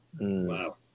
Wow